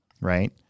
Right